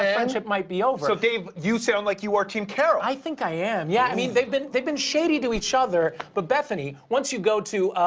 ah friendship might be over. so, dave, you so and like you are team carole? i think i am, yeah. i mean they've been they've been shady to each other. but bethenny, once you go to,